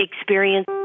Experience